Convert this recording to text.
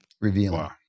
revealing